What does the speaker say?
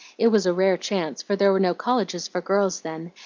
it was a rare chance, for there were no colleges for girls then,